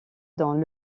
dans